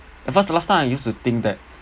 at first last time I used to think that